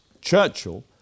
Churchill